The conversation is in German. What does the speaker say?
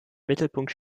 mittelpunkt